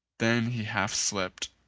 then he half slipped,